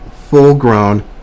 full-grown